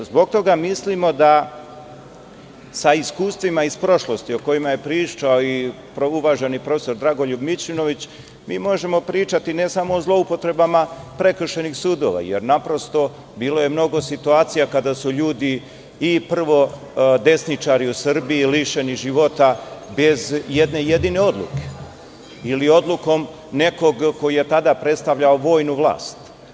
Zbog toga mislimo da sa iskustvima iz prošlosti, o kojima je pričao i uvaženi profesor Dragoljub Mićunović, mi možemo pričati ne samo o zloupotrebama prekršajnih sudova jer, naprosto, bilo je mnogo situacija kada su ljudi, a prvo desničari u Srbiji lišeni života bez jedne jedine odluke, ili odlukom nekog ko je tada predstavljao vojnu vlast.